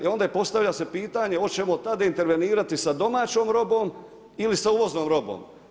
I postavlja se pitanje hoćemo tada intervenirati sa domaćom robom ili sa uvoznom robom.